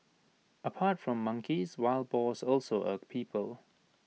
apart from monkeys wild boars also irk people